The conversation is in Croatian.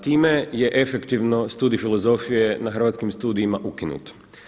Time je efektivno studij filozofije na Hrvatskim studijima ukinut.